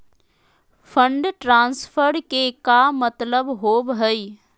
Fund transfer के का मतलब होव हई?